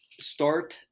start